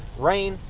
rain,